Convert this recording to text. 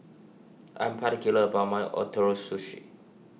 I am particular about my Ootoro Sushi